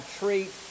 treat